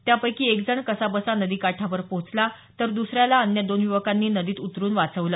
त्यापैकी एकजण कसाबसा नदीकाठावर पोहचला तर दुसऱ्याला अन्य दोन युवकांनी नदीत उतरुन वाचवलं